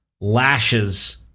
lashes